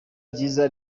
ryiza